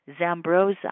Zambrosa